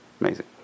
amazing